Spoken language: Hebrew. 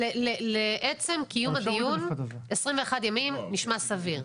לעצם קיום הדיון, 21 ימים נשמע סביר.